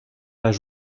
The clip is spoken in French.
pas